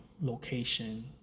location